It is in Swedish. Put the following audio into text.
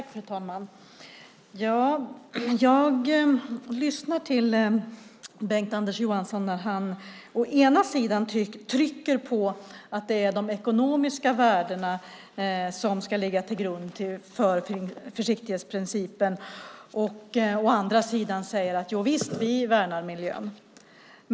Fru talman! Jag lyssnade till Bengt-Anders Johansson när han å ena sidan tryckte på att det är de ekonomiska värdena som ska ligga till grund för försiktighetsprincipen, å andra sidan sade: Jovisst, vi värnar miljön.